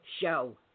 show